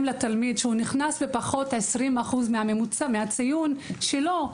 לתלמיד שנכנס בפחות 20% מהציון שלו,